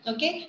Okay